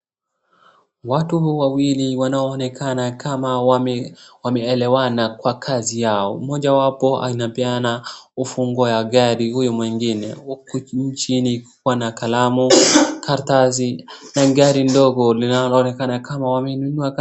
Watu wawili wanaonekana kama wameelewana kwa kazi yao. Mmoja wapo anapeana ufunguo wa gari huyu mwingine uku chini kukiwa na kalamu, karatasi na gari ndogo linaloonekana kama wameinunua.